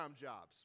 jobs